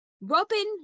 Robin